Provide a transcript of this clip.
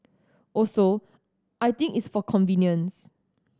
also I think it's for convenience